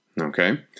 Okay